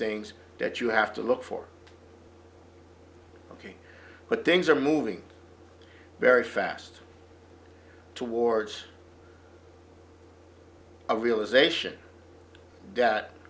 things that you have to look for ok but things are moving very fast towards a realization that